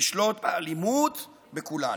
ולשלוט באלימות בכולנו.